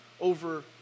over